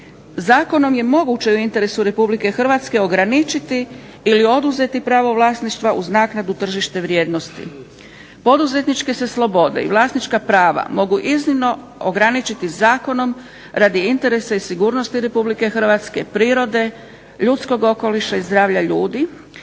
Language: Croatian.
Zakonom je moguće u interesu Republike Hrvatske ograničiti ili oduzeti pravo vlasništva uz naknadu tržišne vrijednosti. Poduzetničke se slobode i vlasnička prava mogu iznimno ograničiti zakonom radi interesa i sigurnosti Republike Hrvatske, prirode, ljudskog okoliša i zdravlja ljudi.